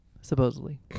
Supposedly